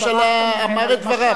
ראש הממשלה אמר את דבריו.